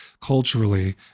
culturally